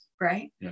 right